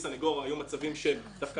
עם כל הכבוד לסנגוריה הציבורית,